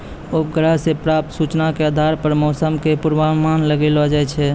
उपग्रह सॅ प्राप्त सूचना के आधार पर मौसम के पूर्वानुमान लगैलो जाय छै